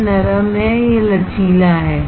यह नरम है यह लचीला है